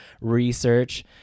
research